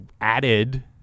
added